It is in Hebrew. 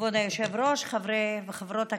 כבוד היושב-ראש, חברי וחברות הכנסת,